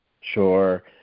Sure